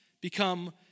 become